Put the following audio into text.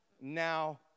now